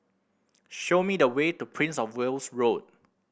show me the way to Prince Of Wales Road